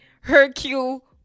Hercule